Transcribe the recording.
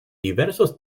diversos